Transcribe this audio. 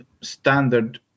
standard